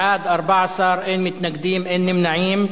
בעד, 14, אין מתנגדים, אין נמנעים.